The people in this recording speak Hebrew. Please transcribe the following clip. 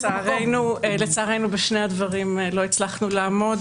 לצערנו, לא הצלחנו לעמוד בשני הדברים.